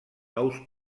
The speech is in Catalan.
nous